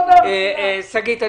שגית,